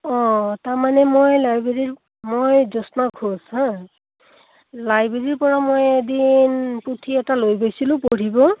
অঁ তাৰমানে মই লাইব্ৰেৰীৰ মই জ্যোৎস্না ঘোষ হাঁ লাইব্ৰেৰীৰ পৰা মই এদিন পুথি এটা লৈ গৈছিলোঁ পঢ়িব